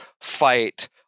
fight